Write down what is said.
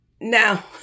Now